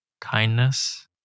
kindness